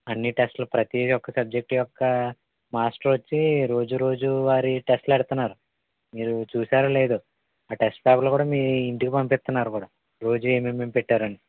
అన్ని టెస్ట్లు ప్రతిది ఒక్క సబ్జెక్టు యొక్క మాస్టర్ వచ్చి రోజు రోజు వారి టెస్ట్లు పెడుతన్నారు మీరు చూసారో లేదో టెస్ట్ పేపర్లు కూడా మీ ఇంటికి పంపిస్తున్నారు కూడా రోజు ఏమేమేం పెట్టారని